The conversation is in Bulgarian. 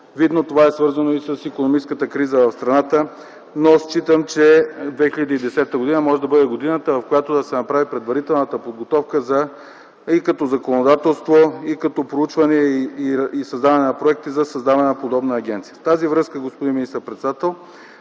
Видно това е свързано и с икономическата криза в страната. Считам, че 2010 г. може да бъде годината, в която да се направи предварителната подготовка и като законодателство, и като проучване, и създаване на проекти за създаване на подобна агенция. В тази връзка, господин министър-председател,